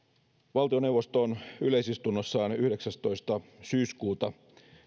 valtioneuvosto on yleisistunnossaan yhdeksästoista syyskuuta